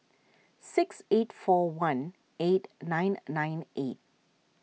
six eight four one eight nine nine eight